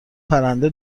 پرنده